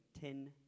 ten